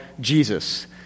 Jesus